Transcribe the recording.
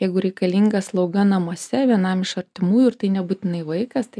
jeigu reikalinga slauga namuose vienam iš artimųjų ir tai nebūtinai vaikas tai